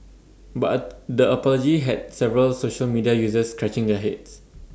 but A the apology had several social media users scratching their heads